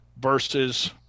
versus